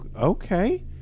Okay